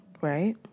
right